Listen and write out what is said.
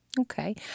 Okay